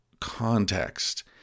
context